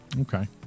Okay